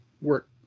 work